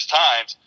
times